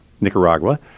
Nicaragua